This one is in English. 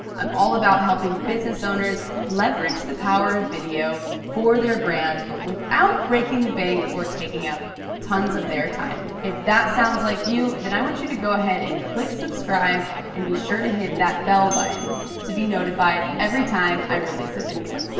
i'm all about helping business owners leverage the power of video for their brand without breaking the bank or taking up tons of their time. if that sounds like you, then i want you to go ahead and click subscribe, and be sure to hit that bell button to be notified every time i release a video. yeah